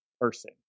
person